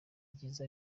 byiza